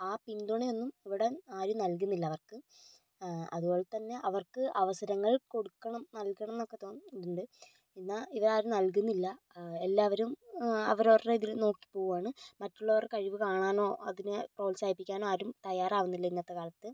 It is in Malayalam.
ആ പിന്തുണയൊന്നും ഇവിടെ ആരും നൽകുന്നില്ല അവർക്ക് അതുപോലെ തന്നെ അവർക്ക് അവസരങ്ങൾ കൊടുക്കണം നൽകണം എന്നൊക്കെ തോന്നും ഉണ്ട് എന്നാൽ ഇവരാരും നല്കുന്നില്ല എല്ലാവരും അവരവരുടെ ഇത് നോക്കി പോവുകയാണ് മറ്റുള്ളവർ കഴിവ് കാണാനോ അതിനെ പ്രോത്സാഹിപ്പിക്കാനോ ആരും തയ്യാറാകുന്നില്ല ഇന്നത്തെ കാലത്ത്